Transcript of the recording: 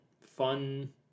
fun